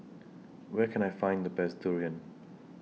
Where Can I Find The Best Durian